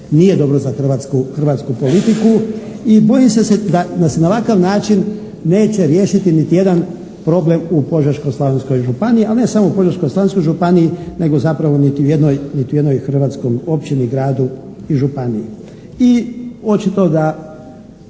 nije dobro za hrvatsku politiku i bojim se da se na ovakav način neće riješiti niti jedan problem u Požeško-slavonskoj županiji ali ne samo u Požeško-slavonskoj županiji nego zapravo niti u jednoj hrvatskoj općini, gradu i županiji i očito da